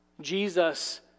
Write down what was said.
Jesus